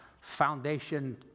foundation